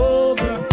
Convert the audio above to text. over